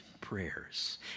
prayers